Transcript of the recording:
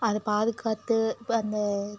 அதை பாதுகாத்து இப்போ அந்த